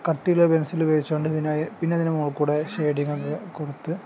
കട്ടിയുള്ള പെൻസിലുപയോഗിച്ചുകൊണ്ട് പിന്നെ പിന്നെ അതിന് മോളിൽക്കൂടെ ഷെയ്ഡിങ്ങൊക്കെ കൊടുത്ത്